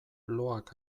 loak